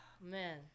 Man